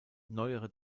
neuere